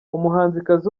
umuhanzikazi